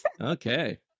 okay